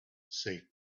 said